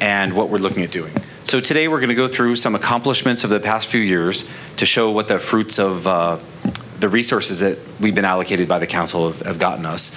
and what we're looking at doing so today we're going to go through some accomplishments of the past few years to show what their fruits of the resources that we've been allocated by the council of have gotten us